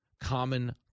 common